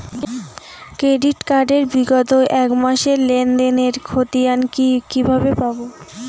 Credit card এর বিগত এক মাসের লেনদেন এর ক্ষতিয়ান কি কিভাবে পাব?